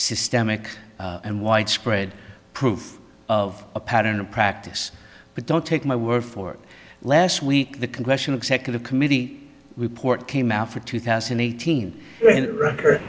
systemic and widespread proof of a pattern of practice but don't take my word for last week the congressional executive committee report came out for two thousand and eighteen